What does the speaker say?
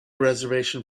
reservation